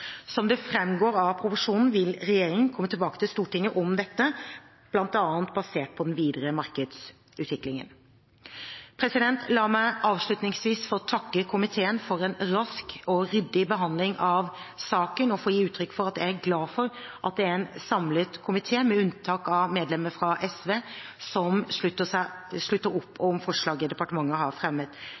Som det fremgår av proposisjonen, vil regjeringen komme tilbake til Stortinget om dette, bl.a. basert på den videre markedsutviklingen. La meg avslutningsvis takke komiteen for en rask og ryddig behandling av saken og gi uttrykk for at jeg er glad for at en samlet komité, med unntak av medlemmet fra SV, slutter opp om forslaget departementet har fremmet.